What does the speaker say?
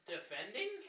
Defending